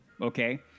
Okay